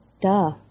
duh